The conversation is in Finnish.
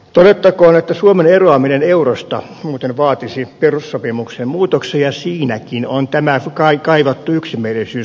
todettakoon että suomen eroaminen eurosta vaatisi perussopimuksen muutoksen ja siinäkin on tämä kaivattu yksimielisyys